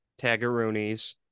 tagaroonies